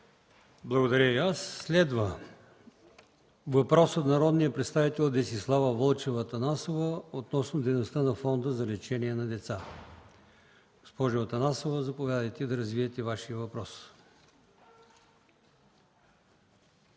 Благодаря и аз. Следва въпрос от народния представител Десислава Вълчева Атанасова относно дейността на Фонда за лечение на деца. Госпожо Атанасова, заповядайте да развиете Вашия въпрос.